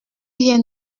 rien